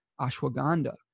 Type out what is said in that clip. ashwagandha